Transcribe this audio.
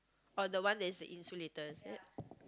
oh the one that is an insulator is it